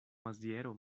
maziero